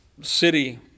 city